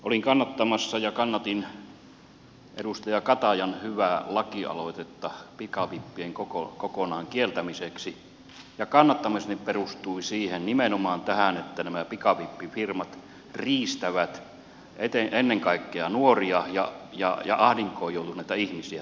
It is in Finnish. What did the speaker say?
olin kannattamassa ja kannatin edustaja katajan hyvää lakialoitetta pikavippien kokonaan kieltämiseksi ja kannattamiseni perustui nimenomaan tähän että nämä pikavippifirmat riistävät ennen kaikkea nuoria ja ahdinkoon joutuneita ihmisiä